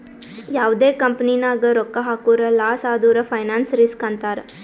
ಯಾವ್ದೇ ಕಂಪನಿ ನಾಗ್ ರೊಕ್ಕಾ ಹಾಕುರ್ ಲಾಸ್ ಆದುರ್ ಫೈನಾನ್ಸ್ ರಿಸ್ಕ್ ಅಂತಾರ್